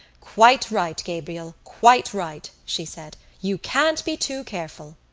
quite right, gabriel, quite right, she said. you can't be too careful.